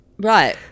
Right